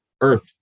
Earth